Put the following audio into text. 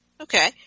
Okay